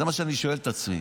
זה מה שאני שואל את עצמי.